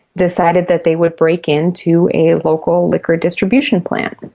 decided that they would break into a local liquor distribution plant.